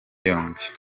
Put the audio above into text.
yombi